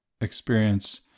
experience